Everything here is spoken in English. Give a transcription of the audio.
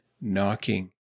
knocking